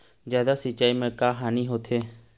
जादा सिचाई म का हानी होथे?